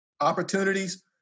opportunities